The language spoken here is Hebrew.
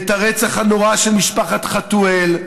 את הרצח הנורא של משפחת חטואל,